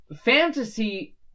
fantasy